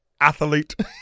athlete